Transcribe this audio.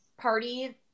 party